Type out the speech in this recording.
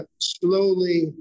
slowly